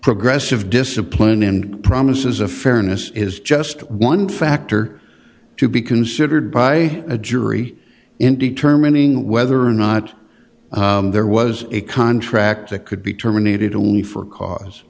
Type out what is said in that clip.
progressive discipline in promises of fairness is just one factor to be considered by a jury in determining whether or not there was a contract that could be terminated only for cause